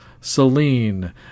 Celine